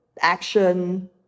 action